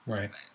Right